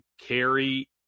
carry